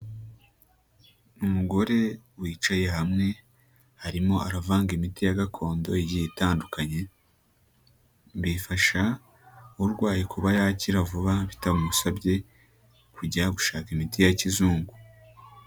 Umugore wicaye hamwe arimo aravanga imiti ya gakondo igiye itandukanye, bifasha urwaye kuba yakira vuba bitamusabye kujya gushaka imiti ya kizungu.